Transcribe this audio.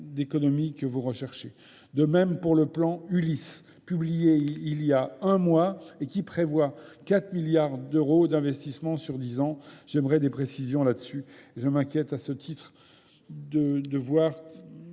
d'économies que vous recherchez ? De même pour le plan Ulysse, publié il y a un mois et qui prévoit 4 milliards d'euros d'investissement sur 10 ans. J'aimerais des précisions là-dessus. Je m'inquiète à ce titre de voir